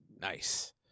Nice